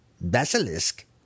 Basilisk